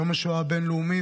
יום השואה הבין-לאומי,